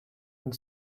and